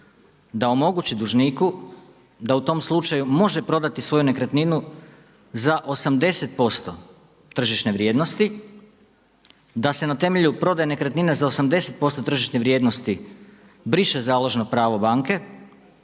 da omogući dužniku da u tom slučaju može prodati svoju nekretninu za 80% tržišne vrijednosti. Da se na temelju prodaje nekretnine za 80% tržišne vrijednosti briše založno pravo banke